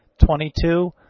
Twenty-two